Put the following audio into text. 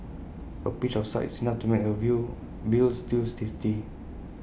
A pinch of salt is enough to make A veal Veal Stew tasty